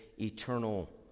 eternal